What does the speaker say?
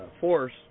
force